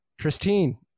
Christine